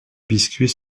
biscuits